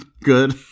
good